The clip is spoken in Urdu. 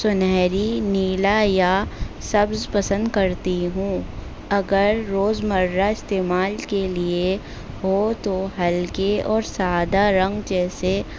سنہری نیلا یا سبز پسند کرتی ہوں اگر روز مرہ استعمال کے لیے ہو تو ہلکے اور سادہ رنگ جیسے